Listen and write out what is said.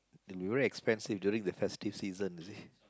it'll be very expensive during the festive season you see